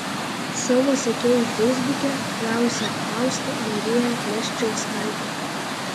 savo sekėjų feisbuke klausė fausta marija leščiauskaitė